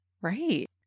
Right